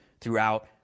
throughout